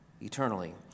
eternally